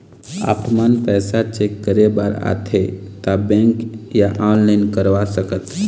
आपमन पैसा चेक करे बार आथे ता बैंक या ऑनलाइन करवा सकत?